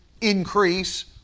increase